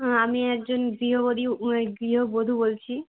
আমি একজন গৃহবধূ গৃহবধূ বলছি